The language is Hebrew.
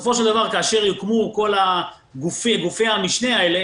בסופו של דבר כאשר יוקמו כל גופי המשנה האלה